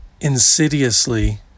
insidiously